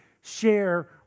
share